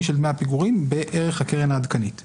של דמי הפיגורים בערך הקרן העדכנית.